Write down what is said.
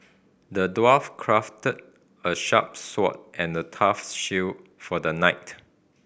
the dwarf crafted a sharp sword and a tough shield for the knight